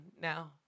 now